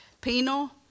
Penal